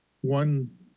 one